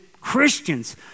Christians